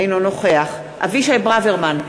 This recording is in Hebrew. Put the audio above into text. אינו נוכח אבישי ברוורמן,